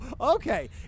okay